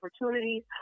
opportunities